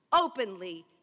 openly